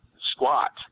squat